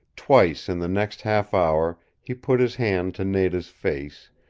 twice in the next half hour he put his hand to nada's face,